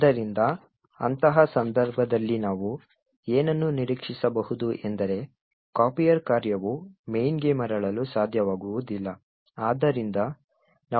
ಆದ್ದರಿಂದ ಅಂತಹ ಸಂದರ್ಭದಲ್ಲಿ ನಾವು ಏನನ್ನು ನಿರೀಕ್ಷಿಸಬಹುದು ಎಂದರೆ copier ಕಾರ್ಯವು main ಗೆ ಮರಳಲು ಸಾಧ್ಯವಾಗುವುದಿಲ್ಲ